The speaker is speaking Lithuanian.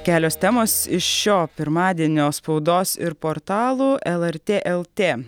kelios temos iš šio pirmadienio spaudos ir portalų lrt lt